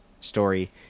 story